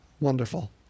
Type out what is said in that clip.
Wonderful